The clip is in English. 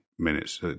Minutes